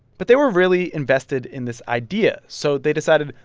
but they were really invested in this idea. so they decided,